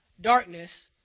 darkness